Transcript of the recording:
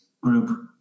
group